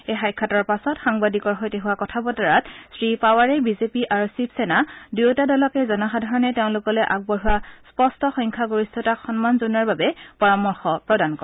এই সাক্ষাতৰ পাছত সাংবাদিকৰ সৈতে হোৱা কথা বতৰাত শ্ৰীপাৱাৰে বিজেপি আৰু শিৱসেনা দুয়োটা দলকে জনসাধাৰণে তেওঁলোকলৈ আগবঢ়োৱা স্পষ্ট সংখ্যাগৰিষ্ঠতাক সন্মান জনোৱাৰ বাবে পৰামৰ্শ প্ৰদান কৰে